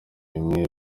bimwe